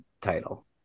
Title